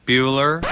Bueller